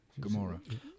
Gamora